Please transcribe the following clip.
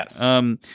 Yes